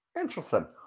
interesting